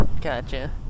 Gotcha